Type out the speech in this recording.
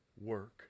work